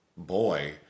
boy